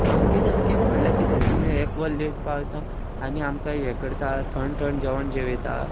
आं कितें म्हणल्यार कितें तुमी एक वर लेट पावयता आनी आमकां हें करता थंड थंड जेवण जेवयता